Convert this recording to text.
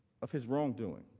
of his wrongdoing.